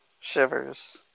shivers